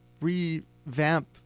revamp